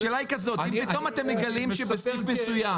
השאלה היא זאת: פתאום אתם מגלים שבסניף מסוים